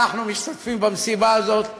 אנחנו משתתפים במסיבה הזאת,